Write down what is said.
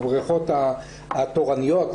בבריכות התורניות,